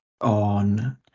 on